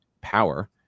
power